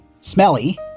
smelly